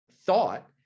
thought